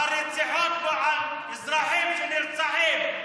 על רציחות או על אזרחים שנרצחים?